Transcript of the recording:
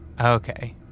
Okay